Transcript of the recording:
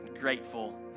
grateful